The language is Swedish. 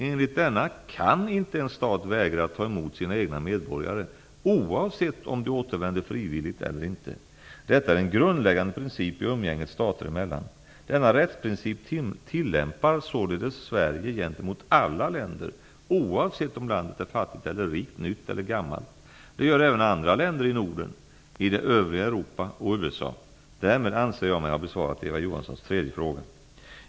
Enligt denna kan inte en stat vägra att ta emot sina egna medborgare -- oavsett om de återvänder frivilligt eller inte. Detta är en grundläggande princip i umgänget stater emellan. Denna rättsprincip tillämpar således Sverige gentemot alla länder -- oavsett om landet är fattigt eller rikt, nytt eller gammalt. Det gör även andra länder i Norden, i det övriga Europa och i USA. Därmed anser jag mig ha besvarat Eva Johanssons tredje fråga.